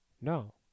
No